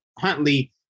Huntley